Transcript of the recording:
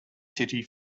city